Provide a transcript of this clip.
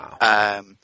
wow